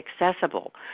accessible